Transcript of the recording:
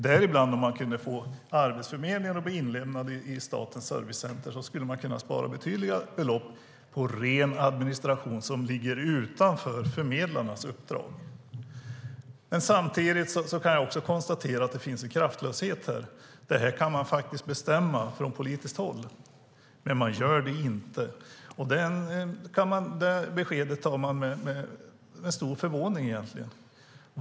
Om man däribland kunde få Arbetsförmedlingen att bli inlemmad i Statens servicecenter skulle man kunna spara betydande belopp på ren administration som ligger utanför förmedlarnas uppdrag. Samtidigt kan jag konstatera att det finns en kraftlöshet. Detta kan man bestämma från politiskt håll, men man gör det inte. Det beskedet tar jag emot med stor förvåning.